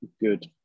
good